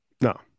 No